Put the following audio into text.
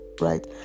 right